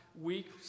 week